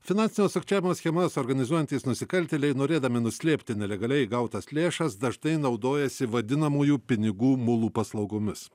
finansinio sukčiavimo schemas organizuojantys nusikaltėliai norėdami nuslėpti nelegaliai gautas lėšas dažnai naudojasi vadinamųjų pinigų mulų paslaugomis